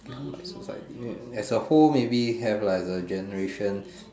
as a whole maybe have like the generation